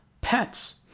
pets